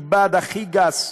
מהבד הכי גס,